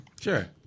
Sure